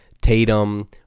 Tatum